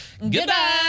Goodbye